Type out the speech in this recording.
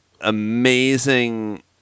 amazing